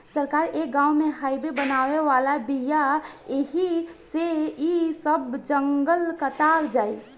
सरकार ए गाँव में हाइवे बनावे वाला बिया ऐही से इ सब जंगल कटा जाई